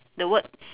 the word